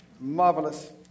Marvelous